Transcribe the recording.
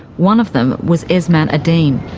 one of them was esmat adine.